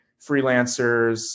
freelancers